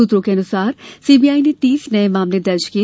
सूत्रों के अनुसार सीबीआई ने तीस नये मामले दर्ज किए